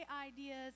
ideas